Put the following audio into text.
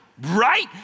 right